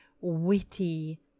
witty